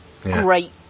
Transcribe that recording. great